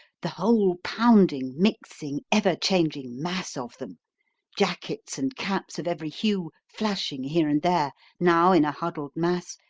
the whole pounding, mixing, ever-changing mass of them jackets and caps of every hue flashing here and there now in a huddled mass,